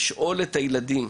לשאול את הילדים,